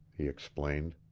he explained.